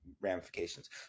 ramifications